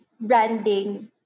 branding